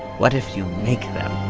what if you make them?